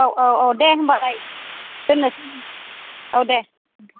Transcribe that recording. औ औ औ दे होमबालाय दोननोसै औ दे